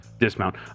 dismount